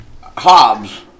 Hobbs